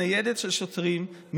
ניידת של שוטרים,